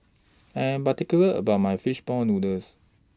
I Am particular about My Fish Ball Noodles